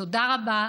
תודה רבה.